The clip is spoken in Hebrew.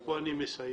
פה אני מסכם,